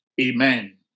amen